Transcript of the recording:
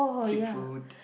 cheap food